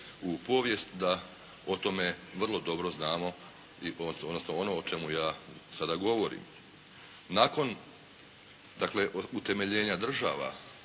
u povijest da o tome vrlo dobro znamo, odnosno ono o čemu ja sada govorim. Nakon dakle, utemeljenja država